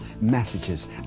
messages